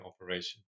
operation